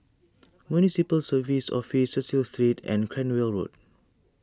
Municipal Services Office Cecil Street and Cranwell Road